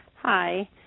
Hi